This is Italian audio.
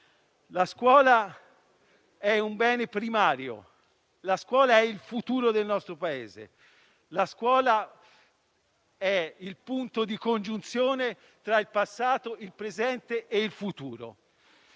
La scuola è un bene primario. La scuola è il futuro del nostro Paese. La scuola è il punto di congiunzione tra il passato, il presente e il futuro.